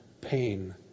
pain